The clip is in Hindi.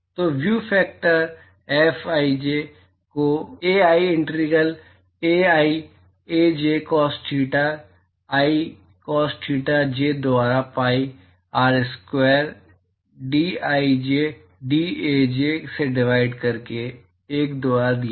तो व्यू फैक्टर फिज को AI integral AI AJ cos theta I theta J द्वारा pi R square DAI DAJ से डिवाइड करके 1 द्वारा दिया जाता है